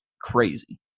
crazy